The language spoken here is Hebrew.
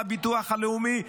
לביטוח הלאומי,